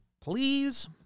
please